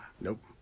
nope